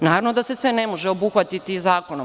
Naravno da se sve ne može obuhvatiti zakonom.